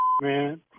man